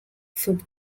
food